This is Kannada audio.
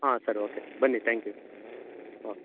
ಹಾಂ ಸರ್ ಓಕೆ ಸರ್ ಬನ್ನಿ ತ್ಯಾಂಕ್ ಯು ಓಕೆ